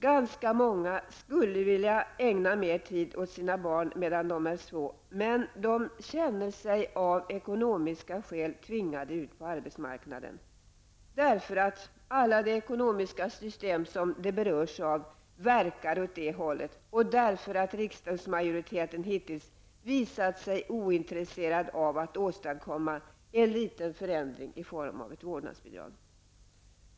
Ganska många skulle vilja ägna mer tid åt sina barn medan de är små, men de känner sig av ekonomiska skäl tvingade ut på arbetsmarknaden, därför att alla de ekonomiska system som de berörs av verkar åt det hållet och därför att riksdagsmajoriteten hittills visat sig ointresserad av att åstadkomma en liten förändring i form av ett vårdnadsbidrag.